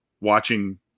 watching